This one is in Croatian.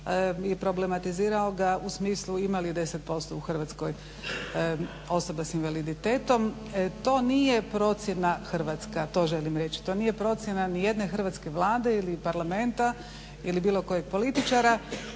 i problematizirao ga u smislu ima li 10% u Hrvatskoj osoba sa invaliditetom. To nije procjena hrvatska, to želim reći. To nije procjena ni jedne hrvatske Vlade ili Parlamenta ili bilo kojeg političara.